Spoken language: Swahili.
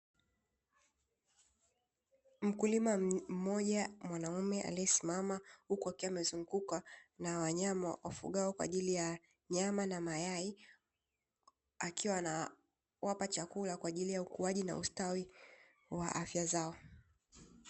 Mkulima mmoja mwanaume aliesimama huku akiwa amezungukwa na wanyama wafugwao kwa ajili ya nyama na mayai, akiwa anawapa chakula kwa ajili ya ukuaji na ustawi wa afya zao.